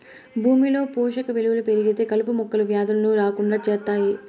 భూమిలో పోషక విలువలు పెరిగితే కలుపు మొక్కలు, వ్యాధులను రాకుండా చేత్తాయి